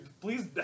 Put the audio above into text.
please